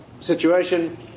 situation